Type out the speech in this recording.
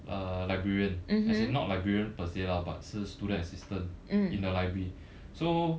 uh librarian as in not librarian per se lah but 是 student assistance in the library so